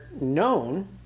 known